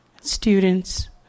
students